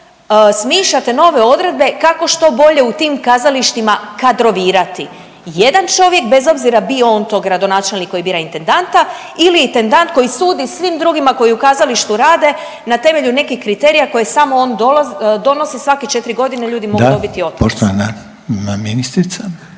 smišljate nove odredbe kako što bolje u tim kazalištima kadrovirati. Jedan čovjek bez obzira bio on to gradonačelnik koji bira intendanta ili intendant koji sudi svim drugima koji u kazalištu rade na temelju nekih kriterija koje samo on donosi svake četri godine ljudi mogu dobiti otkaz. **Reiner,